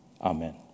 amen